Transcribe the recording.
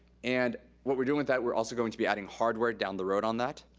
and what we're doing with that, we're also going to be adding hardware down the road on that.